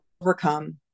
overcome